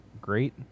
great